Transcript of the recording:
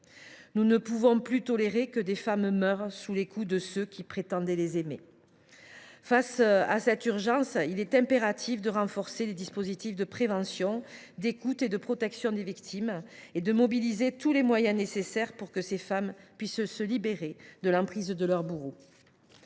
Nous ne pouvons plus tolérer que des femmes meurent sous les coups de ceux qui prétendaient les aimer. Face à cette urgence, il est impératif de renforcer les dispositifs de prévention, d’écoute et de protection des victimes, et de mobiliser tous les moyens nécessaires pour que ces femmes puissent se libérer de l’emprise de leurs bourreaux.